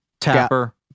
Tapper